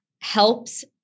helps